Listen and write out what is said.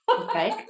okay